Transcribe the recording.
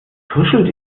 tuschelt